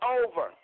over